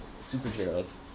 Superheroes